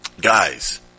guys